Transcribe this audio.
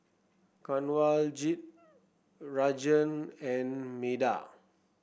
Kanwaljit Rajan and Medha